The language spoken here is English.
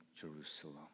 Jerusalem